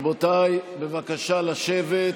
רבותיי, בבקשה, לשבת.